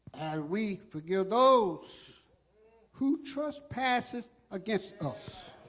we forgive those who trespass against us